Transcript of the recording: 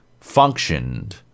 functioned